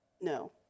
No